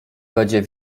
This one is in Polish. będzie